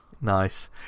nice